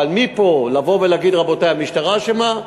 אבל מפה, לבוא ולהגיד, רבותי, המשטרה אשמה,